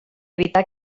evitar